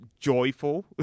joyful